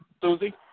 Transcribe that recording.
Susie